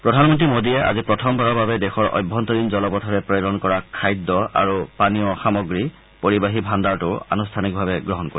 প্ৰধানমন্ত্ৰী মোদীয়ে আজি প্ৰথমবাৰৰ বাবে দেশৰ অভ্যন্তৰীণ জলপথেৰে প্ৰেৰণ কৰা খাদ্য আৰু পানীয় সামগ্ৰী পৰিবাহী ভাণ্ডাৰটোও আনুষ্ঠানিকভাৱে গ্ৰহণ কৰিব